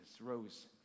rose